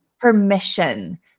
permission